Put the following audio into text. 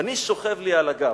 "אני שוכב לי על הגב"